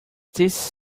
this